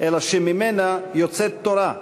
אלא שממנה יוצאת תורה,